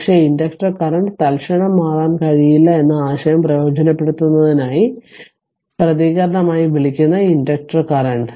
പക്ഷേ inductor current തൽക്ഷണം മാറാൻ കഴിയില്ല എന്ന ആശയം പ്രയോജനപ്പെടുത്തുന്നതിനായി പ്രതികരണമായി വിളിക്കുന്ന ഇൻഡക്റ്റർ കറന്റ്